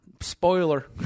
spoiler